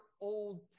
Old